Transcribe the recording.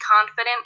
confident